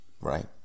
right